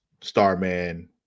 Starman